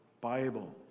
Bible